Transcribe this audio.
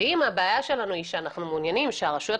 ואם הבעיה שלנו היא שאנחנו מעוניינים שהרשויות